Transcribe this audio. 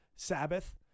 sabbath